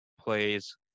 plays